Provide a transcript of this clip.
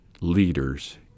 leaders